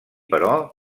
però